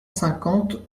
cinquante